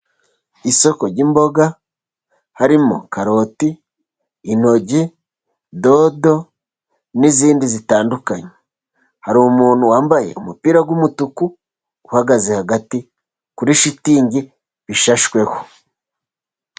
Isoko ry'imboga harimo karoti, intoryi, dodo n'izindi zitandukanye. Hari umuntu wambaye umupira w'umutuku uhagaze hagati kuri shitingi bishashweho.